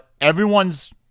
everyone's